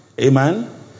Amen